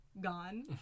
gone